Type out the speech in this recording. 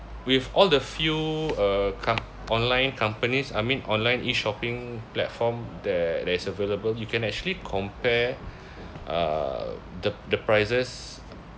with all the few uh com~ online companies I mean online E shopping platform that that's available you can actually compare uh the the prices